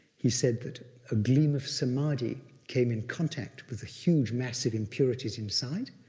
he said that a gleam of samadhi came in contact with the huge massive impurities inside,